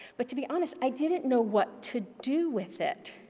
but to be honest, i didn't know what to do with it.